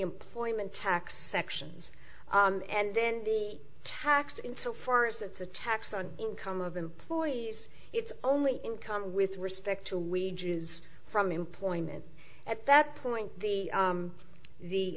employment tax sections and then the tax in so far as that's a tax on income of employees it's only income with respect to region is from employment at that point the